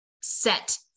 set